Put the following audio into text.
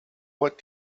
what